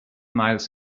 miles